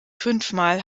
fünfmal